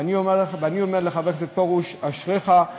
ואני אומר לחבר הכנסת פרוש: אשריך,